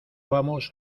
vamos